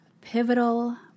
pivotal